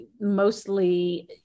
mostly